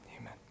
amen